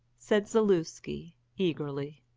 said zaluski, eagerly.